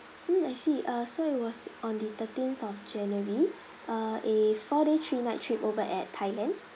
mm I see uh so it was on the thirteenth of january uh a four day three nights trip over at thailand